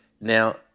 Now